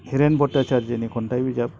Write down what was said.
हेरेन भ'त्ताचार्ज'नि खन्थाइ बिजाब